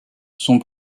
son